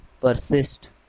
Persist